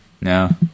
no